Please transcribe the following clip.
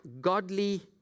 godly